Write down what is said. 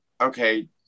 okay